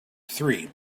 three